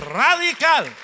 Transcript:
radical